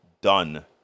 done